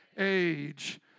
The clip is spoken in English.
age